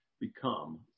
become